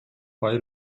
bei